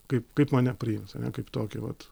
kaip kaip mane priims ane kaip tokį vat